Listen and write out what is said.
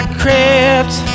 crept